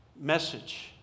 message